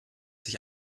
sich